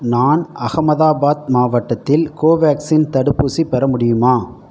நான் அஹமதாபாத் மாவட்டத்தில் கோவேக்சின் தடுப்பூசி பெற முடியுமா